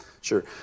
Sure